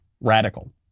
radical